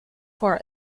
for